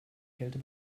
kälte